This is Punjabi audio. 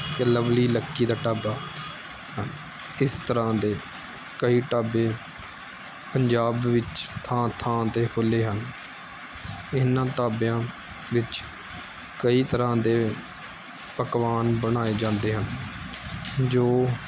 ਅਤੇ ਲਵਲੀ ਲੱਕੀ ਦਾ ਢਾਬਾ ਇਸ ਤਰ੍ਹਾਂ ਦੇ ਕਈ ਢਾਬੇ ਪੰਜਾਬ ਵਿੱਚ ਥਾਂ ਥਾਂ 'ਤੇ ਖੁੱਲ੍ਹੇ ਹਨ ਇਹਨਾਂ ਢਾਬਿਆਂ ਵਿੱਚ ਕਈ ਤਰ੍ਹਾਂ ਦੇ ਪਕਵਾਨ ਬਣਾਏ ਜਾਂਦੇ ਹਨ ਜੋ